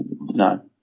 no